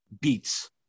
beats